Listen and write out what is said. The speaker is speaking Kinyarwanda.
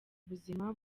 buzima